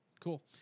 cool